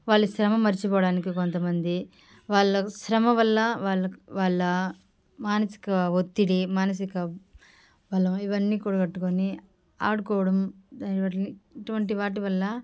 వాళ్ళు శ్రమ మరిచిపోవడానికి కొంతమంది వాళ్ళ శ్రమ వల్ల వాళ్ళ వాళ్ళ మానసిక ఒత్తిడి మానసిక బలం ఇవన్నీ కూడగట్టుకొని ఆడుకోవడం ఇటువంటి వాటి వల్ల